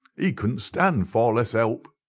he couldn't stand, far less help.